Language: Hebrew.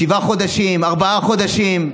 שבעה חודשים, ארבעה חודשים.